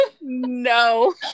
no